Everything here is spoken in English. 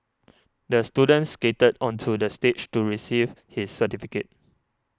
the student skated onto the stage to receive his certificate